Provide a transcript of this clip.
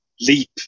leap